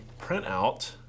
printout